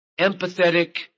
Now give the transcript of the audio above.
empathetic